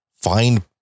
find